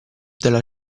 della